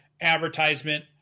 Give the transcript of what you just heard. advertisement